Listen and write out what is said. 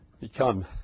Become